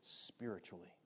spiritually